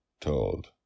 Told